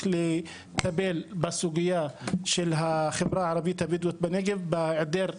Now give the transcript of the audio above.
לטפל בסוגיה של החברה הערבית הבדואית הנגב בהיעדר שירותים.